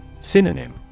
Synonym